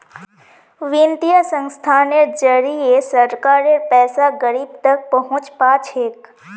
वित्तीय संस्थानेर जरिए सरकारेर पैसा गरीब तक पहुंच पा छेक